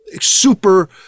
super